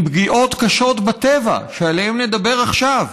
עם פגיעות קשות בטבע, שעליהן נדבר עכשיו,